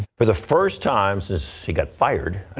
for the first time since she got fired.